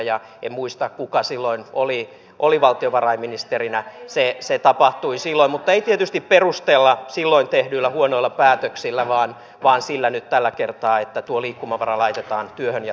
en muista kuka silloin oli valtiovarainministerinä se tapahtui silloin mutta ei tietysti perustella silloin tehdyillä huonoilla päätöksillä vaan nyt tällä kertaa sillä että tuo liikkumavara laitetaan työhön ja toimeliaisuuteen